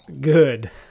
Good